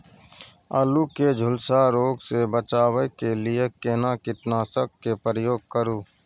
आलू के झुलसा रोग से बचाबै के लिए केना कीटनासक के प्रयोग करू